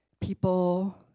people